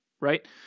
right